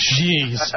jeez